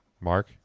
Mark